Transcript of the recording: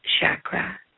chakra